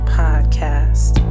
podcast